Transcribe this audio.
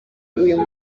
uyu